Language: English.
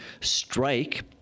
strike